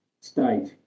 state